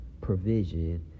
provision